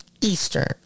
Eastern